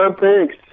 thanks